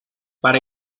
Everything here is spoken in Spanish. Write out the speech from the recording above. para